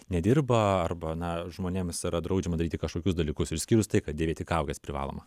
nedirba arba na žmonėms yra draudžiama daryti kažkokius dalykus išskyrus tai kad dėvėti kaukes privaloma